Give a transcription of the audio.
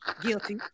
guilty